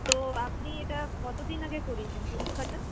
তো আপনি এটা কতদিন আগে করিয়েছেন পরীক্ষাটা